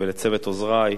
ולצוות עוזרי,